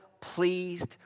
pleased